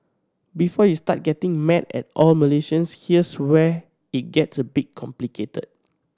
before you start getting mad at all Malaysians here's where it gets a bit complicated